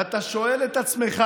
ואתה שואל את עצמך: